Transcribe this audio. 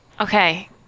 Okay